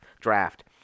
draft